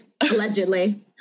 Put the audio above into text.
allegedly